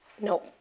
No